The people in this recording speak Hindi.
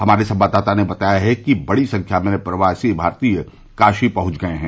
हमारे संवाददाता ने बताया है कि बड़ी संख्या में प्रवासी भारतीय काशी पहुंच गए हैं